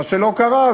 מה שלא קרה,